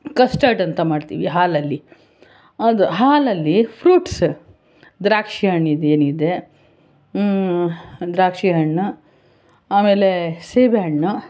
ಕಷ್ಟಡ್ ಅಂತ ಮಾಡ್ತೀವಿ ಹಾಲಲ್ಲಿ ಅದು ಹಾಲಲ್ಲಿ ಫ್ರೂಟ್ಸ್ ದ್ರಾಕ್ಷಿ ಹಣ್ಣಿದೇನಿದೆ ದ್ರಾಕ್ಷಿ ಹಣ್ಣು ಆಮೇಲೆ ಸೀಬೆ ಹಣ್ಣು